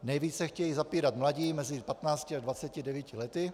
Nejvíce chtějí zapírat mladí mezi 15 a 29 lety.